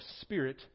spirit